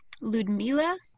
Ludmila